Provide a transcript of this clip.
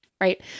right